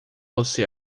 você